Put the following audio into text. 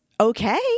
okay